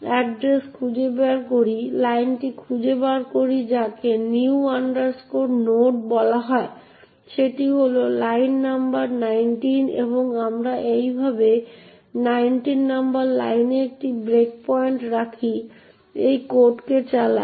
address খুঁজে বের করি লাইনটি খুঁজে বের করি যাকে new node বলা হয় সেটি হল লাইন নম্বর 19 এবং আমরা এইভাবে 19 নম্বর লাইনে একটি ব্রেকপয়েন্ট রাখি এবং কোড কে চালিয়ে যাই